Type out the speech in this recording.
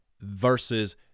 versus